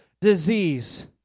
disease